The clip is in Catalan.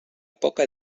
poca